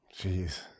Jeez